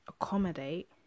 accommodate